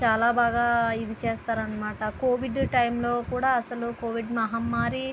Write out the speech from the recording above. ఎక్కువగా ఇది చేస్తారన్నమాట కోవిడ్ టైములో కూడా అస్సలు కోవిడ్ మహమ్మారి